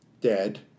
dead